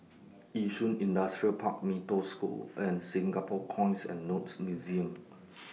Yishun Industrial Park Mee Toh School and Singapore Coins and Notes Museum